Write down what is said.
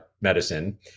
medicine